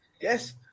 Yes